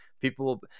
people